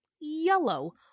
yellow